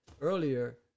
earlier